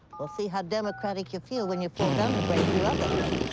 well, see how democratic you feel when you fall down and break your other hip.